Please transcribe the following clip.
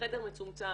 החדר מצומצם,